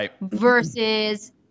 versus